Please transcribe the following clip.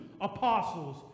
apostles